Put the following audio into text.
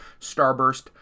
Starburst